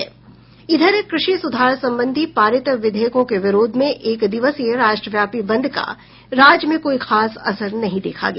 कृषि सुधार संबंधी पारित विधेयकों के विरोध में एक दिवसीय राष्ट्रव्यापी बंद का राज्य में कोई खास असर नहीं देखा गया